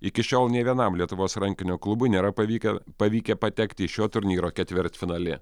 iki šiol nė vienam lietuvos rankinio klubui nėra pavykę pavykę patekti į šio turnyro ketvirtfinalį